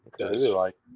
Okay